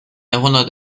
jahrhundert